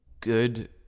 good